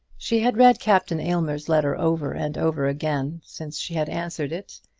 she had read captain aylmer's letter over and over again since she had answered it,